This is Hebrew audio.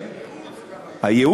כמה יעלה, הייעוץ,